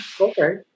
okay